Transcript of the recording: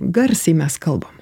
garsiai mes kalbam